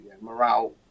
Morale